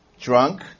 drunk